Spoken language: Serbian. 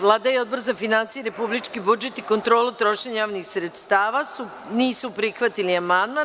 Vlada i Odbor za finansije, republički budžet i kontrolu trošenja javnih sredstava nisu prihvatili amandman.